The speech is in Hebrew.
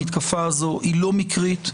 המתקפה הזאת היא לא מקרית.